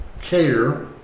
Care